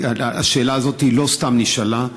השאלה הזאת לא סתם נשאלה.